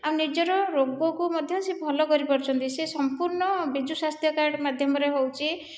ଆଉ ନିଜର ରୋଗକୁ ମଧ୍ୟ ସେ ଭଲ କରିପାରୁଛନ୍ତି ସେ ସମ୍ପୂର୍ଣ୍ଣ ବିଜୁ ସ୍ୱାସ୍ଥ୍ୟ କାର୍ଡ଼୍ ମାଧ୍ୟମରେ ହେଉଛି